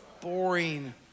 boring